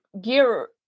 gear